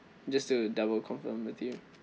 just to double confirm with you